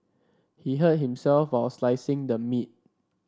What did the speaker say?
he hurt himself while slicing the meat